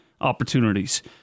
opportunities